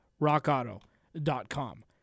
rockauto.com